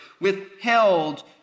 Withheld